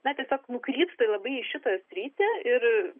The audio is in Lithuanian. na tiesiog nukrypsta labai į šitą sritį ir